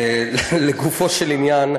לגופו של עניין,